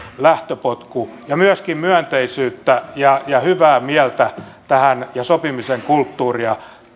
lähtöpotkun ja myöskin myönteisyyttä ja ja hyvää mieltä tähän ja sopimisen kulttuuria